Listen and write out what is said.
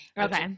Okay